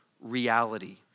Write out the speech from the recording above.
reality